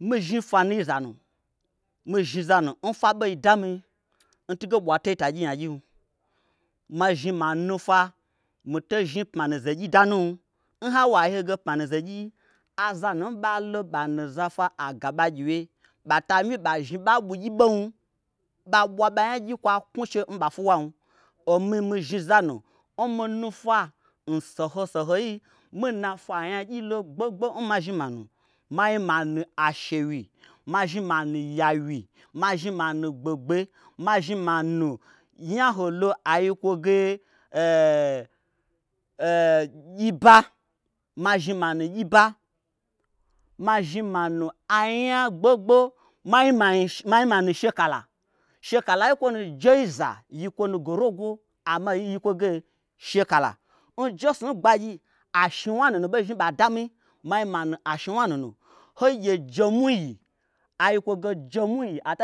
Mi zhni fwanuyi za nu mi zanu n fwa ɓo dami n tunge ɓwa tei ta gyinyagyim mazhni manu ofwa mi tei zhni pmanu ze n gyii danum. n hawo ai yi ho ge pmanu zegyii aza nu n ɓalo ɓa nuza fwa agaɓa gyiwye ɓata miba zhni ɓanyi ɓugyi ɓom ɓa ɓwa ɓa nyagyi kwa knwuche n ɓa pwuwam omi mi zhni zanu n mi nufwa n soho soho yi, mii n nafwa anyagyii lo gbogbo n mazhni manu. ma zhni manu ashewyi. ma zhni manu yawyi. ma zhni manu gbe'gbe, ma zhni manu nyaho lo ai nyikwo ge, gyiba ma zhni manu gyiba. ma zhni manu anya gbogbo manyi manyi ma zhni manu shekala. shekala yi n kwonu jeiza yikwo nu ge rogo. amma oyi yiyi kwoge shekala. N jesnu n gbagyi ashnwuwna nunu ɓo zhni ba dami ma zhni manu ashnwuwna nunu hogye jemwui yi ata